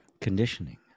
conditioning